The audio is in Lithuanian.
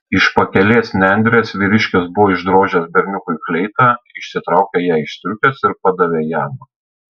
iš pakelės nendrės vyriškis buvo išdrožęs berniukui fleitą išsitraukė ją iš striukės ir padavė jam